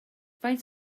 faint